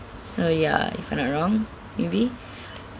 so ya if I'm not wrong maybe